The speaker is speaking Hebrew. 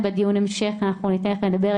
בדיון המשך אנחנו ניתן לכם לדבר.